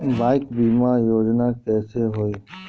Bike बीमा योजना कैसे होई?